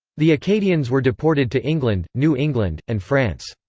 the acadians were deported to england, new england, and france.